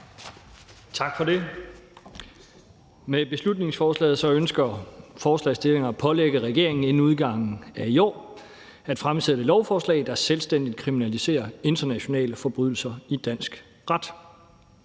Tak for det. Med beslutningsforslaget ønsker forslagsstillerne at pålægge regeringen inden udgangen af i år at fremsætte lovforslag, der selvstændigt kriminaliserer internationale forbrydelser i dansk ret.